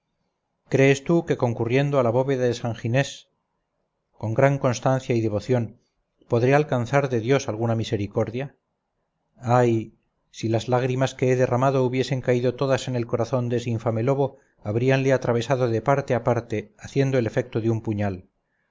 crees tú que concurriendo a la bóveda de san ginés con gran constancia y devoción podré alcanzar de dios alguna misericordia ay si las lágrimas que he derramado hubiesen caído todas en el corazón de ese infame lobo habríanle atravesado de parte a partehaciendo el efecto de un puñal